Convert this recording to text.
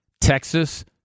Texas